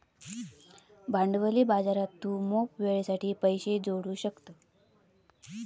भांडवली बाजारात तू मोप वेळेसाठी पैशे जोडू शकतं